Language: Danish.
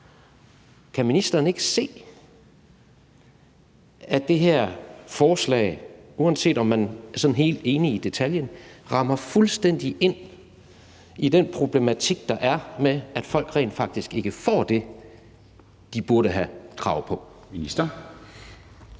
Kan ministeren ikke se, at det her forslag, uanset om man er sådan helt enig i detaljerne, rammer fuldstændig ind i den problematik, der er med, at folk rent faktisk ikke får det, de burde have krav på?